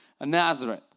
Nazareth